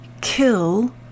kill